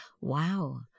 wow